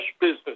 business